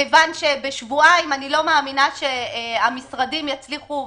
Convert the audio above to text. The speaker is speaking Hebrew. כיוון שבשבועיים אני לא מאמינה שהמשרדים יצליחו.